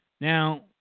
Now